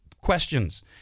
questions